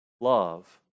love